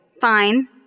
Fine